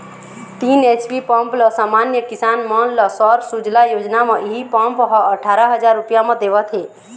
तीन HP pump ल समान्य किसान मन ल सौर सूजला योजना म इहीं पंप ह अठारा हजार रूपिया म देवत हे